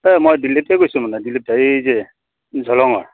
এ মই দিলীপে কৈছোঁ মানে দিলীপদা এই যে জ্বলঙৰ